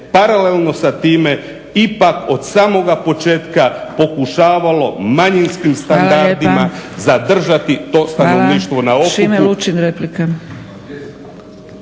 paralelno sa time ipak od samoga početka pokušavalo manjinskim standardima zadržati to stanovništvo na okupu.